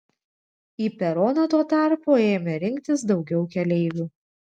į peroną tuo tarpu ėmė rinktis daugiau keleivių